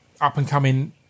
up-and-coming